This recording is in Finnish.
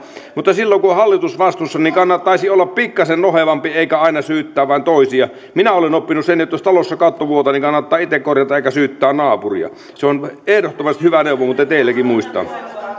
mutta silloin kun on hallitusvastuussa niin kannattaisi olla pikkasen nohevampi eikä aina syyttää vain toisia minä olen oppinut sen että jos talossa katto vuotaa niin kannattaa itse korjata eikä syyttää naapuria se on ehdottomasti hyvä neuvo muuten teillekin muistaa